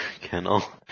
kennel